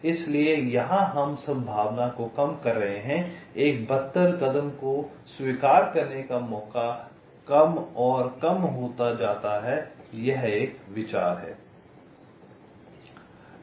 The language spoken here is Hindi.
इसलिए यहां हम संभावना को कम कर रहे हैं एक बदतर कदम को स्वीकार करने का मौका कम और कम हो जाता है यह विचार है